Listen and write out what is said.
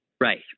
Right